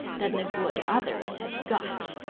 than the good others had got.